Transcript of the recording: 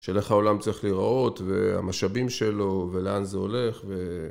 של איך העולם צריך לראות, והמשאבים שלו ולאן זה הולך.